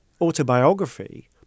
autobiography